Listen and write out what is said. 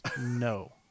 no